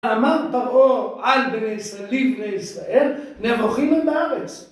אמר פרעה על בני ישראל, לבני ישראל, נבוכים הם בארץ